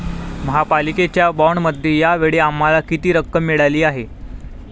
महापालिकेच्या बाँडमध्ये या वेळी आम्हाला किती रक्कम मिळाली आहे?